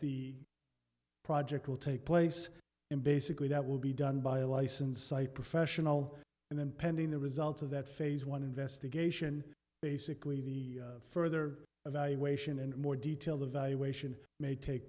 the project will take place and basically that will be done by a licensed site professional and then pending the results of that phase one investigation basically the further evaluation and more detail the evaluation may take